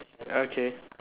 okay